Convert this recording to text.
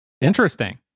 Interesting